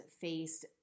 faced